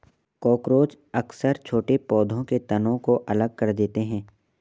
cockroach अक्सर छोटे पौधों के तनों को अलग कर देते हैं